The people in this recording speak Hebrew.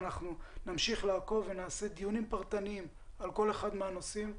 נמשיך לעקוב ולקיים דיונים פרטניים על כל אחד מהנושאים,